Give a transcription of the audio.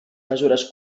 mesures